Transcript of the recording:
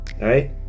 right